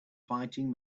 fighting